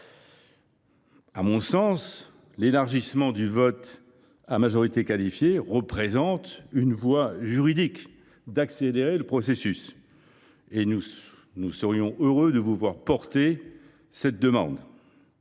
À cet égard, l’élargissement du vote à majorité qualifiée représente une voie juridique pour accélérer le processus. Nous serions heureux de vous voir porter cette demande.